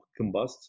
combust